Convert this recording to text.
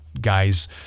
guys